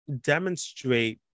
demonstrate